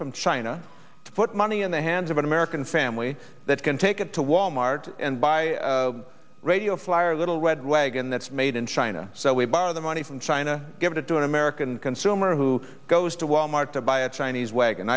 from china to put money in the hands of an american family that can take it to wal mart and buy radio flyer little red wagon that's made in china so we borrow the money from china give it to an american consumer who goes to wal mart to buy a chinese wagon